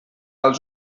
els